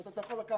אתה יכול לקחת